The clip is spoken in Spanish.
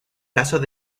casos